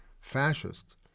fascist